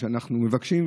אנחנו מבקשים,